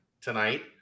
tonight